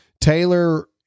taylor